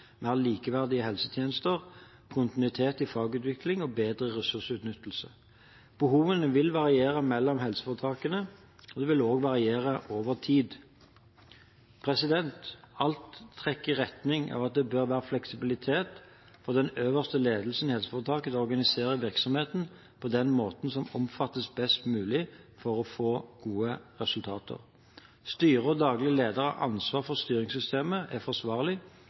mer likeverdige helsetjenester, kontinuitet i fagutviklingen og bedre ressursutnyttelse. Behovene vil variere mellom helseforetakene, og de vil også variere over tid. Alt trekker i retning av at det bør være fleksibilitet for den øverste ledelsen i helseforetaket til å organisere virksomheten på den måten som oppfattes som best mulig for å få gode resultater. Styret og daglig leder har ansvar for at styringssystemet er forsvarlig